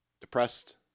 depressed